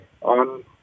on